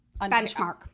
Benchmark